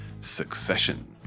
Succession